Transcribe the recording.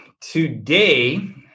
today